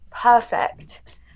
perfect